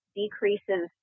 decreases